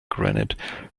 granite